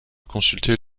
consulter